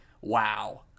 wow